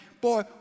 Boy